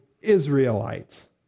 Israelites